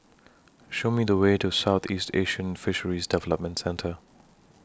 Show Me The Way to Southeast Asian Fisheries Development Centre